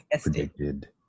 predicted